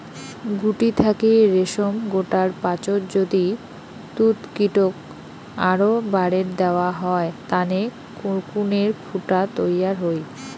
গুটি থাকি রেশম গোটার পাচত যদি তুতকীটক আরও বারের দ্যাওয়া হয় তানে কোকুনের ফুটা তৈয়ার হই